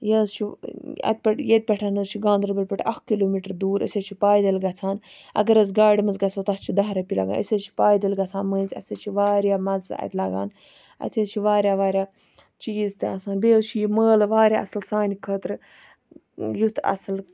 یہِ حظ چھُ اَتہِ پیٹھہٕ ییٚتہِ پیٹھ حظ چھُ گاندَربَل پیٹھہٕ اکھ کِلوٗ میٖٹَر دوٗر أسۍ حظ چھِ پایدٔلۍ گَژھان اگر حظ گاڑِ مَنٛز گَژھو تَتھ حظ چھِ داہہ رۄپیہِ لَگان أسۍ چھِ پایدٔلۍ گَژھان مٔنٛزۍ اَسہِ حظ چھُ واریاہ مَزٕ اَتہِ لَگان اَتہِ حظ چھِ واریاہ واریاہ چیٖز تہِ آسان بییٚہِ حظ چھُ یہِ مٲلہٕ واریاہ اَصل سانہِ خٲطرٕ یُتھ اَصل